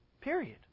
Period